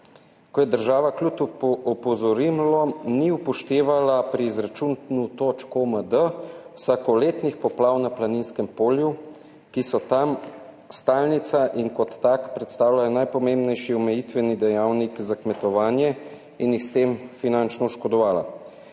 ko je država kljub opozorilom ni upoštevala pri izračunu točk OMD vsakoletnih poplav na Planinskem polju, ki so tam stalnica in kot tak predstavlja najpomembnejši omejitveni dejavnik za kmetovanje in jih s tem finančno oškodovala.